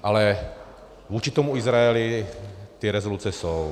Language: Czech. Ale vůči tomu Izraeli ty rezoluce jsou.